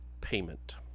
payment